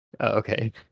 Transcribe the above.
Okay